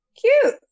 cute